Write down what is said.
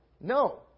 No